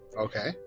Okay